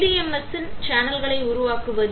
PDMS இல் சேனல்களை உருவாக்குகிறது